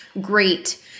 Great